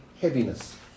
heaviness